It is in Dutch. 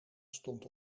stond